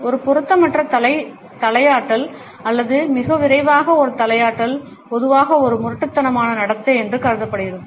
ஒரு பொருத்தமற்ற தலை தலையாட்டல் அல்லது மிக விரைவாக ஒரு தலையாட்டல் பொதுவாக ஒரு முரட்டுத்தனமான நடத்தை என்று கருதப்படுகிறது